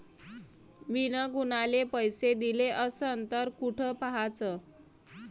मिन कुनाले पैसे दिले असन तर कुठ पाहाचं?